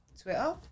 Twitter